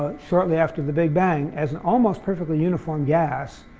shortly after the big bang as an almost perfectly uniform gas,